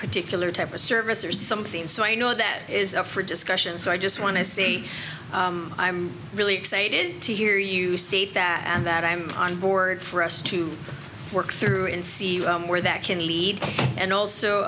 particular type of service or something so i know that is up for discussion so i just want to see i'm really excited to hear you state that and that i'm on board for us to work through and see where that can lead and also